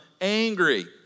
angry